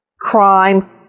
crime